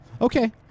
Okay